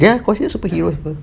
ya consists superheroes apa